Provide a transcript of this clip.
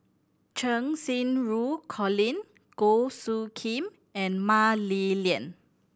Cheng Xinru Colin Goh Soo Khim and Mah Li Lian